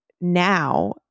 now